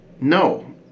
No